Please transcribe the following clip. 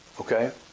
Okay